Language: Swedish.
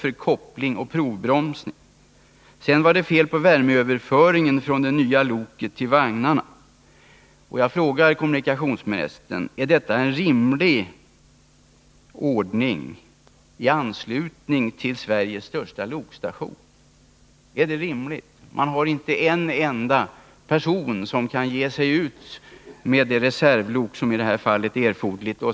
Sedan upptäckte man att det var fel på värmeöverföringen från det nya loket till vagnarna.” Jag frågar kommunikationsministern: Är detta en rimlig ordning med tanke på att det är fråga om Sveriges största lokstation? Är det rimligt att man inte har en enda person som kan ge sig ut med det reservlok som i det här fallet var erforderligt?